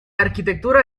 arquitectura